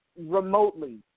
remotely